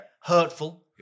hurtful